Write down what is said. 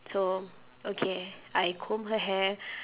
so okay I comb her hair